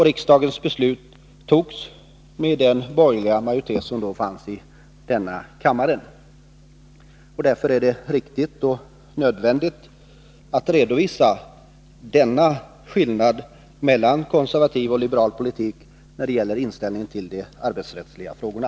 Riksdagens beslut togs med den borgerliga majoritet som då fanns i denna kammare. Därför är det riktigt och nödvändigt att redovisa denna skillnad mellan konservativ och liberal politik när det gäller inställningen till de arbetsrättsliga frågorna.